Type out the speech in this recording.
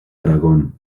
aragón